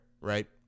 right